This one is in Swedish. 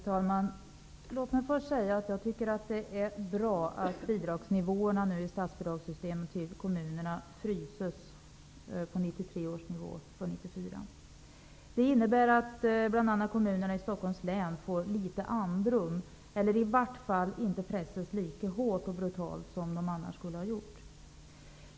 Herr talman! Låt mig först säga att jag tycker att det är bra att bidragsnivåerna i statsbidragssystemet när det gäller kommunernas statsbidrag för 1994 fryses på 1993 års nivå. Det innebär att kommunerna i bl.a. Stockholms län får litet andrum. De pressas i vart fall inte lika hårt och brutalt som annars skulle bli fallet.